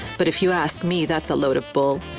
but if you ask me that's a load of bull.